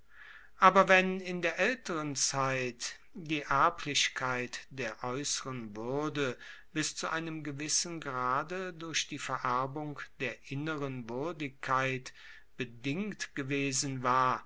aber wenn in der aelteren zeit die erblichkeit der aeusseren wuerde bis zu einem gewissen grade durch die vererbung der inneren wuerdigkeit bedingt gewesen war